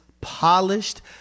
polished